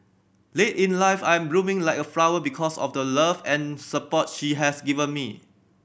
late in life I'm blooming like a flower because of the love and support she has given me